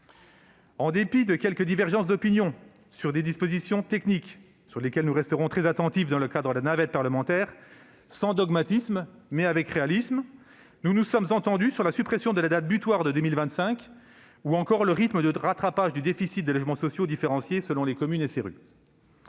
En dépit de quelques divergences d'opinions sur des dispositions techniques, sur lesquelles nous resterons très attentifs dans le cadre de la navette parlementaire, sans dogmatisme, mais avec réalisme, nous nous sommes entendus sur la suppression de la date butoir de 2025 ou encore sur le rythme de rattrapage du déficit de logements sociaux différencié selon les communes SRU. Le